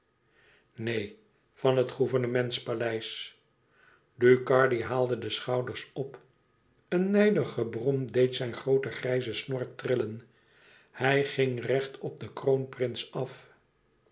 neen van het gouvernements paleis ducardi haalde de schouders op een nijdig gebrom deed zijn grooten grijzen snor trillen hij ging recht op den kroonprins af